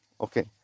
okay